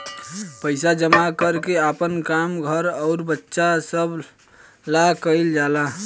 पइसा जमा कर के आपन काम, घर अउर बच्चा सभ ला कइल जाला